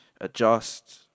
adjust